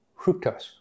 fructose